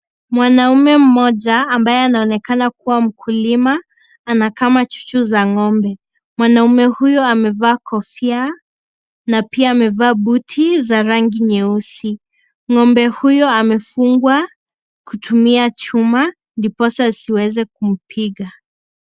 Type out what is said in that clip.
Mwanaume mmoja, ambaye anaonekana kuwa mkulima, anakama chuchu za ng'ombe. Mwanume huyo amevaa kofia na pia amevaa buti za rangi nyeusi. Ng'ombe huyo amefungwa kutumia chuma ndiposa asiweze kumpiga.